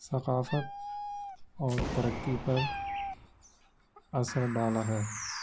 ثقافت اور ترقی پر اثر ڈالا ہے